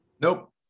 nope